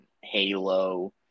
Halo